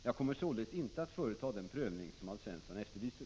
Jag kommer således inte att företa den prövning som Alf Svensson efterlyser.